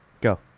Go